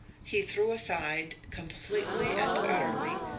he threw aside, completely and utterly,